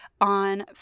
on